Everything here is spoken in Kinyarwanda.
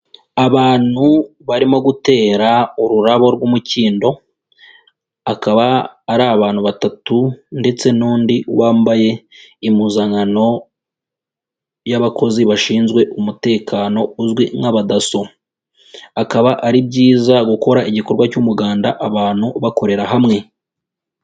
Abantu barimo gutera ururabo rw'umukindo, akaba ari abantu batatu ndetse n'undi wambaye impuzankano y'abakozi bashinzwe umutekano, uzwi nk'abadaso, akaba ari byiza gukora igikorwa cy'umuganda abantu bakorera hamwe.